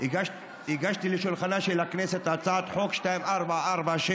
הגשתי לשולחנה של הכנסת הצעת חוק 2446/24,